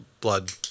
blood